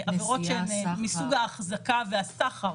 עבירות מסוג ההחזקה והסחר,